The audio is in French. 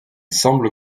semble